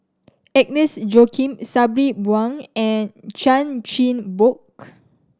Agnes Joaquim Sabri Buang and Chan Chin Bock